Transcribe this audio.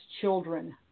children